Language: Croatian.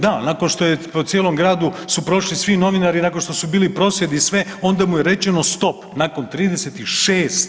Da, nakon što je po cijelom gradu su prošli svi novinari i nakon što su bili prosvjedi i sve onda mu je rečeno stop nakon 36.